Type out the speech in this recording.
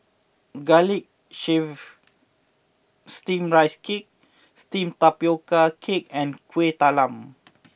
Garlic Chives Steamed Rice Cake Steamed Tapioca Cake and Kuih Talam